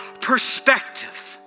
perspective